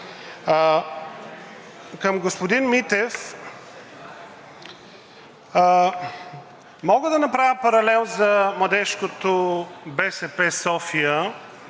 Към господин Митев. Мога да направя паралел за Младежкото БСП – София,